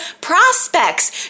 prospects